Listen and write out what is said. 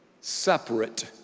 separate